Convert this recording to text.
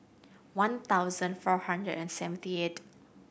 one thousand four hundred and seventy eighth